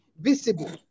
visible